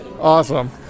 awesome